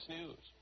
News